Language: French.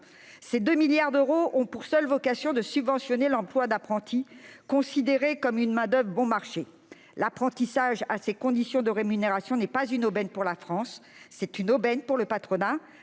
Ces 2 milliards d'euros ont pour seule vocation de subventionner l'emploi d'apprentis considérés comme une main-d'oeuvre à bon marché. L'apprentissage dans ces conditions de rémunération n'est pas une aubaine pour la France, c'est une aubaine pour le patronat